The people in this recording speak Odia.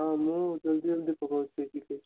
ହଁ ମୁ ଜଲ୍ଦି ଜଲ୍ଦି ପକଉଛି ଟିକେ